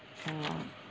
oh